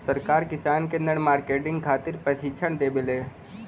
सरकार किसान के नेट मार्केटिंग खातिर प्रक्षिक्षण देबेले?